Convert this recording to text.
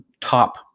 top